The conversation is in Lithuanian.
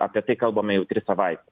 apie tai kalbame jau tris savaites